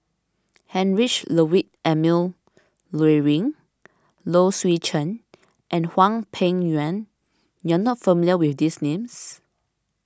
Heinrich Ludwig Emil Luering Low Swee Chen and Hwang Peng Yuan you are not familiar with these names